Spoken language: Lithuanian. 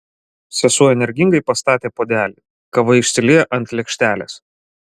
sesuo energingai pastatė puodelį kava išsiliejo ant lėkštelės